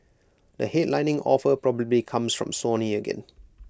the headlining offer probably comes from Sony again